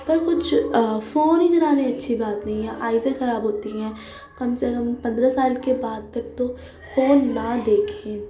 پر کچھ فون ہی چلانی اچھی بات نہیں ہے آئزیں خراب ہوتی ہیں کم سے کم پندرہ سال کے بعد تک تو فون نہ دیکھیں